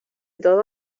todo